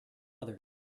others